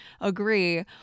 agree